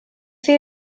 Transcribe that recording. fill